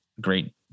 great